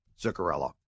Zuccarello